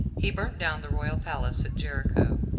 he burnt down the royal palace at jericho,